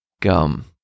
gum